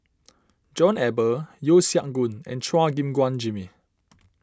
John Eber Yeo Siak Goon and Chua Gim Guan Jimmy